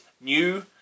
new